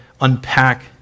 unpack